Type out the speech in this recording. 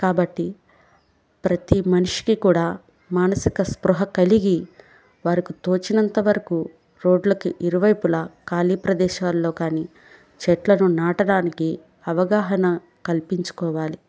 కాబట్టి ప్రతీ మనిషికి కూడా మానసిక స్పృహ కలిగి వారికి తోచినంత వరకు రోడ్లకి ఇరువైపులా ఖాళీ ప్రదేశాల్లో కానీ చెట్లను నాటడానికి అవగాహన కల్పించుకోవాలి